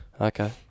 Okay